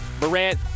Morant